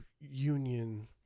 union